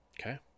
Okay